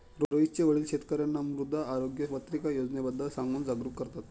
रोहितचे वडील शेतकर्यांना मृदा आरोग्य पत्रिका योजनेबद्दल सांगून जागरूक करतात